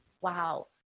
Wow